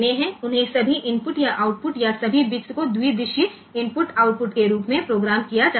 उन्हें सभी इनपुट या आउटपुट या सभी बिट्स को द्विदिशीय इनपुट आउटपुट के रूप में प्रोग्राम किया जा सकता है